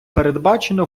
передбачено